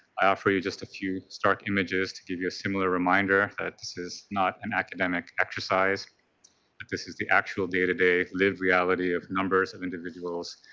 i offer you just a few stark images to give you a similar reminder that this is not an academic exercise that this is the actual day-to-day lived reality of numbers of individuals